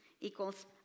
equals